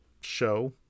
show